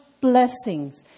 blessings